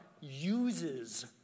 uses